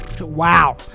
Wow